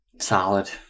Solid